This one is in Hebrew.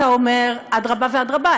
אתה אומר: אדרבה ואדרבה,